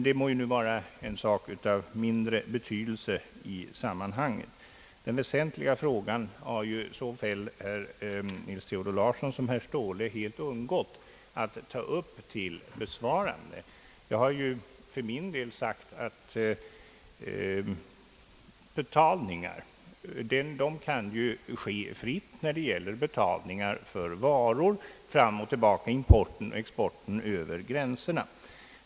Det må nu vara en sak av mindre betydelse i sammanhanget. Den väsentliga frågan har såväl herr Nils Theodor Larsson som herr Ståhle helt undgått att ta upp till besvarande. Jag har för min del sagt, att betalningar kan ske fritt när det gäller betalningar för varor fram och tillbaka för import och export över gränserna.